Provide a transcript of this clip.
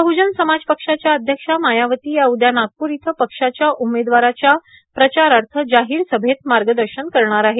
बह्नजन समाज पक्षाच्या अध्यक्षा मायावती या उद्या नागपूर इथं पक्षाच्या उमेदवाराच्या प्रचारार्थ जाहीर सभेत मार्गदर्शन करणार आहेत